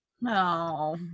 No